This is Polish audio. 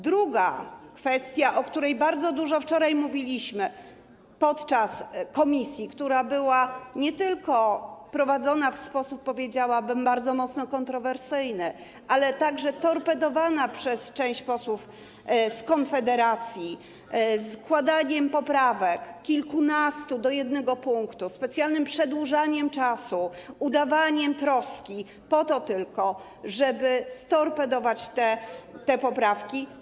Druga kwestia, o której bardzo dużo wczoraj mówiliśmy podczas posiedzenia komisji, które było nie tylko prowadzone w sposób, powiedziałabym, bardzo mocno kontrowersyjny, ale także torpedowane przez część posłów z Konfederacji składaniem poprawek, kilkunastu do jednego punktu, specjalnym przedłużaniem czasu, udawaniem troski, po to tylko, żeby storpedować te poprawki.